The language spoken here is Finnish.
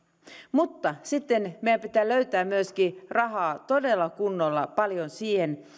mutta sitten meidän pitää löytää myöskin rahaa todella paljon siihen